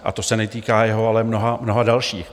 A to se netýká jeho, ale mnoha, mnoha dalších.